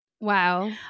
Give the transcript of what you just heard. wow